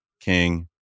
King